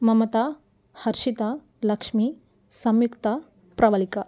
Mamata Harshita Lakshmi Samyukta Pravalika